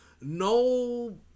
no